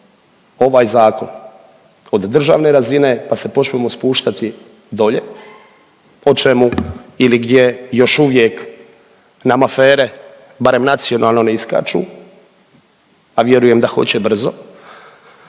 ovaj zakon od državne razine, pa se počnemo spuštati dolje, o čemu ili gdje još uvijek nam afere, barem nacionalno ne iskaču, a vjerujem da hoće brzo,